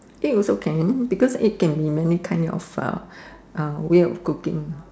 I think also can because it can be many kind of uh uh way of cooking